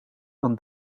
dan